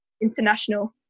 International